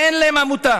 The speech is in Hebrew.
אין להם עמותה.